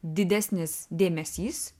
didesnis dėmesys